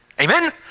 Amen